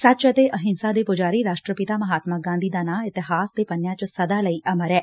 ਸੱਚ ਅਤੇ ਅਹਿੰਸਾ ਦੇ ਪੁਜਾਰੀ ਰਾਸਟਰਪਿਤਾ ਮਹਾਤਮਾ ਗਾਧੀ ਦਾ ਨਾ ਇਤਹਾਸ ਦੇ ਪੰਨਿਆ ਚ ਸਦਾ ਲਈ ਅਮਰ ਐ